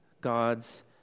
God's